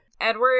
Edward